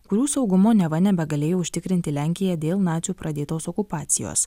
kurių saugumu neva nebegalėjo užtikrinti lenkija dėl nacių pradėtos okupacijos